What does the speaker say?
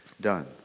done